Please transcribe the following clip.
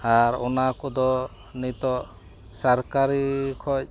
ᱟᱨ ᱚᱱᱟᱠᱚ ᱫᱚ ᱱᱤᱛᱚᱜ ᱥᱟᱨᱠᱟᱨᱤ ᱠᱷᱚᱱ